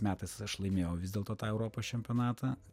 metais aš laimėjau vis dėlto tą europos čempionatą